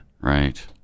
Right